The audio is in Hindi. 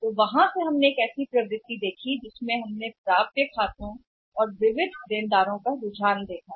तो हम वहाँ से हमने एक ऐसी प्रवृत्ति देखी है जिसमें हमने खातों की प्राप्ति के बारे में रुझान देखने और विविध कहने की कोशिश की है देनदार